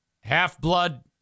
Half-Blood